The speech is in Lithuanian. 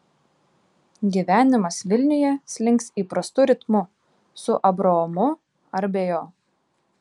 gyvenimas vilniuje slinks įprastu ritmu su abraomu ar be jo